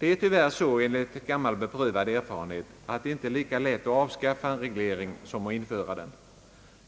Enligt gammal beprövad erfarenhet är det tyvärr så att man inte lika lätt avskaffar en reglering som man inför den.